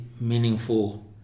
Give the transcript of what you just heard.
meaningful